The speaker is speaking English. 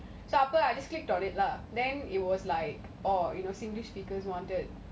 you know the stories the sponsored stories that pop up